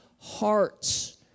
hearts